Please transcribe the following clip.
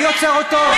אני עוצר אותו?